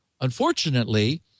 Unfortunately